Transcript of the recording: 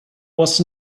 was